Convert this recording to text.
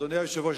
אדוני היושב-ראש,